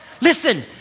Listen